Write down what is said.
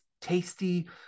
tasty